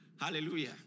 Hallelujah